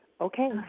Okay